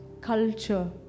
culture